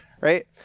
right